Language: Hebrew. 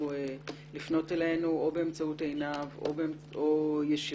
לפנות אלינו או באמצעות עינב או ישירות.